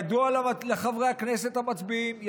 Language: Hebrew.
ידוע לחברי הכנסת המצביעים,